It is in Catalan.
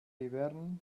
hivern